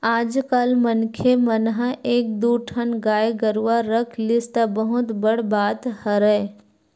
आजकल मनखे मन ह एक दू ठन गाय गरुवा रख लिस त बहुत बड़ बात हरय